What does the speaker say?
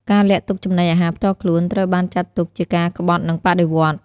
ការលាក់ទុកចំណីអាហារផ្ទាល់ខ្លួន ត្រូវបានចាត់ទុកជាការក្បត់នឹងបដិវត្តន៍។